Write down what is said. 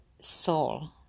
soul